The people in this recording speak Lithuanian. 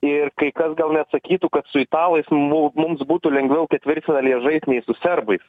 ir kai kas gal net sakytų kad su italais mu mums būtų lengviau ketvirtfinalyje žaist nei su serbais